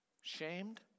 shamed